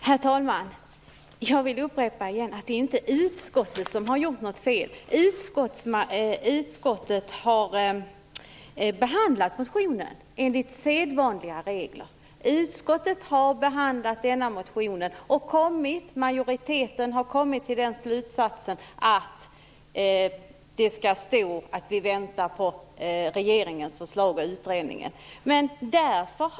Herr talman! Jag vill upprepa att det inte är utskottet som har gjort något fel. Utskottet har behandlat motionen enligt sedvanliga regler. Utskottet har behandlat denna motion och majoriteten har kommit till slutsatsen att det skall stå att vi väntar på regeringens förslag och utredningen.